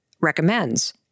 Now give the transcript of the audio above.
recommends